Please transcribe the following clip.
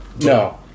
No